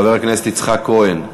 חבר הכנסת יצחק כהן נמצא?